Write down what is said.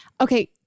okay